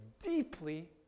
deeply